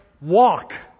walk